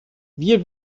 wir